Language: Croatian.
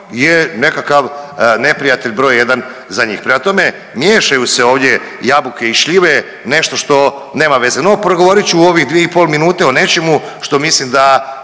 je nekakav neprijatelj broj jedan za njih. Prema tome, miješaju se ovdje jabuke i šljive nešto što nema veze. No progovorit ću u ove dvije i pol minute o nečemu što mislim da